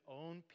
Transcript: own